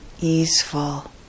easeful